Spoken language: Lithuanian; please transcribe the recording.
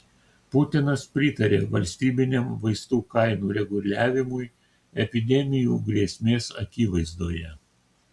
putinas pritarė valstybiniam vaistų kainų reguliavimui epidemijų grėsmės akivaizdoje